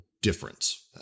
difference